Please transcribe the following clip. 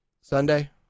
Sunday